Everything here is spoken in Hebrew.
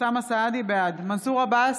מנסור עבאס,